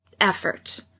effort